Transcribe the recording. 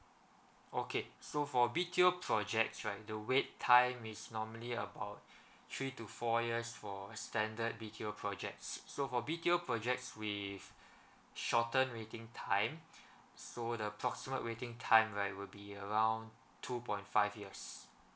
okay so for B_T_O projects right the wait time is normally about three to four years for standard B_T_O projects so B_T_O projects with shorten meeting time so the approximate waiting time right will be around two point five years